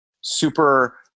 super